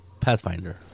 Pathfinder